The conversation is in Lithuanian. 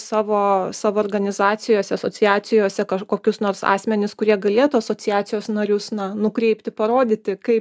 savo savo organizacijose asociacijose kažkokius nors asmenis kurie galėtų asociacijos narius na nukreipti parodyti kaip